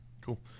cool